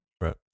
Right